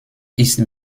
ist